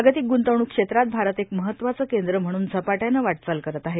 जागतिक ग्रंतवणूक क्षेत्रात भारत एक महत्वाचं केंद्र म्हणून झपाट्यानं वाटचाल करत आहे